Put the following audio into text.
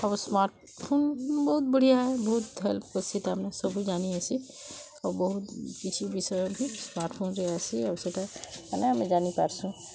ସବୁ ସ୍ମାର୍ଟଫୋନ୍ ବହୁତ୍ ବଢ଼ିଆ ବହୁତ୍ ହେଲ୍କ ଅଛି ତା ମାନେ ସବୁ ଜାଣି ହେସି ବହୁତ୍ କିଛି ବିଷୟରେ ବି ଯାଇ ଆସି ଆଉ ସେଇଟା ହେଲା ଜାଣିପାରୁଛୁ